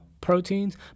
proteins